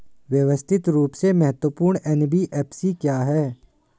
व्यवस्थित रूप से महत्वपूर्ण एन.बी.एफ.सी क्या हैं?